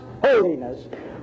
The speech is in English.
holiness